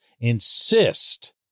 insist